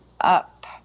up